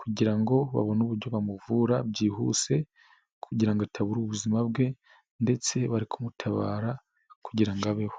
kugira ngo babone uburyo bamuvura byihuse kugira ngo atabura ubuzima bwe ndetse bari kumutabara kugira abeho.